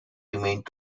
remained